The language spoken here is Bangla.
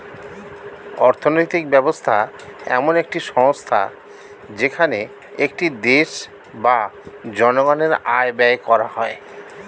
অর্থনৈতিক ব্যবস্থা এমন একটি সংস্থা যেখানে একটি দেশ বা জনগণের আয় ব্যয় করা হয়